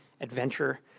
adventure